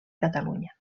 catalunya